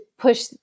push